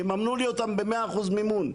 יממנו לי אותם ב-100% מימון,